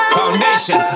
foundation